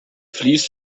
fließt